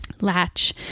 latch